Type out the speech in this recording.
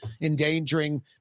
endangering